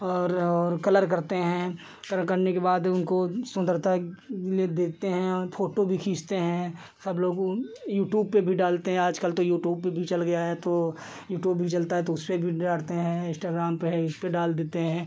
और और कलर करते हैं कलर करने के बाद उनको सुन्दरता लिए देते हैं और फ़ोटो भी खींचते हैं सब लोग वह यूट्यूब पर भी डालते हैं आजकल तो यूट्यूब पर भी चल गया है तो यूट्यूब भी चलता है तो उसपर भी डालते हैं इन्स्टाग्राम पर है इसपर डाल देते हैं